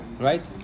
Right